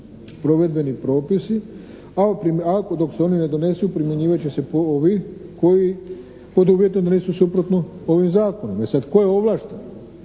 provedbeni propisi, ako dok se ne donesu primjenjivat će se ovi koji pod uvjetom da nisu suprotno ovim Zakonom. E sad tko je ovlašten